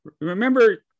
remember